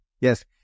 Yes